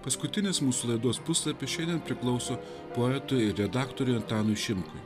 paskutinis mūsų laidos puslapis šiandien priklauso poetui redaktoriui antanui šimkui